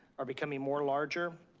are becoming more larger,